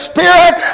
Spirit